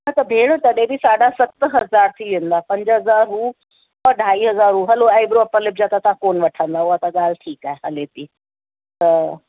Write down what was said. न त भेण तॾहिं बि साढा सत हज़ार थी वेंदा पंज हज़ार हू ऐं ढाई हज़ार हू हलो आइब्रो अपर लिप्स जा त तव्हां कोन वठंदव त उहा त ॻाल्हि ठीकु आहे हले थी त